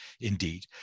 indeed